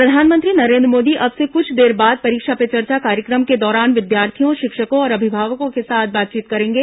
परीक्षा पे चर्चा प्रधानमंत्री नरेन्द्र मोदी अब से कुछ देर बाद परीक्षा पे चर्चा कार्यक्रम के दौरान विद्यार्थियों शिक्षकों और अभिभावकों के साथ बातचीत करेंगे